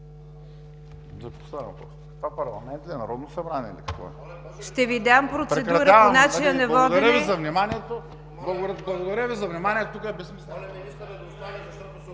Благодаря Ви за вниманието.